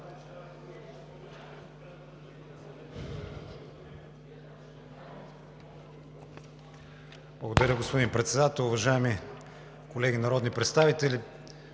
Благодаря, господин Председател. Уважаеми колеги народни представители,